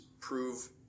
prove